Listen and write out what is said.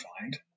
find